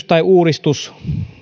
tai uudistus